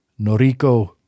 Noriko